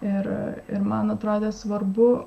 ir ir man atrodė svarbu